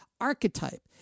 archetype